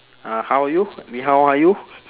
uh how are you 你 how are you